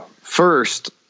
first